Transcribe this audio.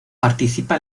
participa